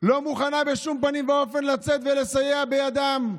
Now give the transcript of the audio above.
לא מוכנה בשום פנים לצאת ולסייע בידם.